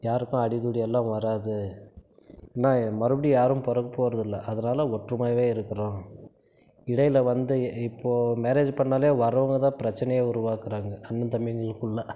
யாருக்கும் அடிதடியெல்லாம் வராது ஏனால் மறுபடியும் யாரும் பிறக்கப் போவது இல்லை அதனாலே ஒற்றுமையாகவே இருக்கிறோம் இடையில் வந்து இப்போது மேரேஜ் பண்ணிணாலே வரவங்கள்தான் பிரச்சினைய உருவாக்குகிறாங்க அண்ணன் தம்பிங்களுக்குள்ளே